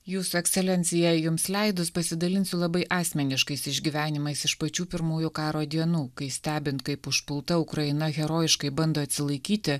jūsų ekscelencija jums leidus pasidalinsiu labai asmeniškais išgyvenimais iš pačių pirmųjų karo dienų kai stebint kaip užpulta ukraina herojiškai bando atsilaikyti